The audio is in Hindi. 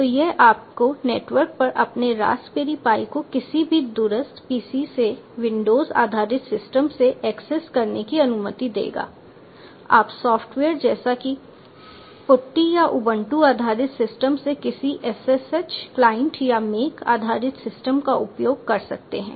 तो यह आपको नेटवर्क पर अपने रास्पबेरी पाई को किसी भी दूरस्थ PC से विंडोज आधारित सिस्टम से एक्सेस करने की अनुमति देगा आप सॉफ्टवेयर जैसे कि पुट्टी या उबंटू आधारित सिस्टम से किसी SSH क्लाइंट या मैक आधारित सिस्टम का उपयोग कर सकते हैं